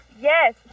yes